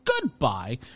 goodbye